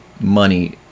money